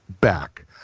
back